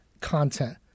content